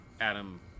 Adam